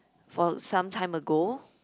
for some time ago